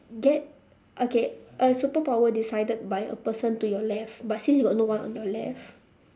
get okay a superpower decided by a person to your left but since you got no one on your left